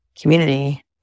community